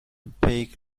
پیک